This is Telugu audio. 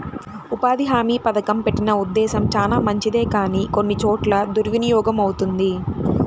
ఉపాధి హామీ పథకం పెట్టిన ఉద్దేశం చానా మంచిదే కానీ కొన్ని చోట్ల దుర్వినియోగమవుతుంది